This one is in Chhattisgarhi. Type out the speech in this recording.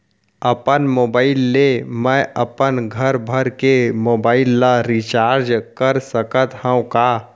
अपन मोबाइल ले मैं अपन घरभर के मोबाइल ला रिचार्ज कर सकत हव का?